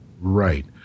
Right